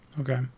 okay